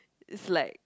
it's like